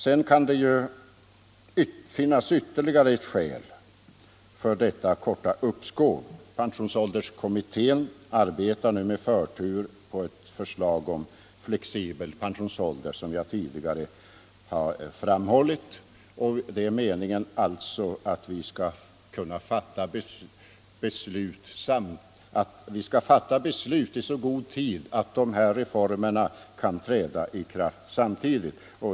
Det kan finnas ytterligare ett skäl för det korta uppskov som föreslås. Pensionsålderskommittén kommer, som jag tidigare framhållit, att med förtur lägga fram ett förslag om flexibel pensionsålder. Det är meningen att vi skall kunna fatta beslut om det i så god tid att dessa reformer kan träda i kraft samtidigt.